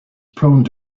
prone